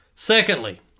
Secondly